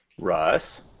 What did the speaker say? Russ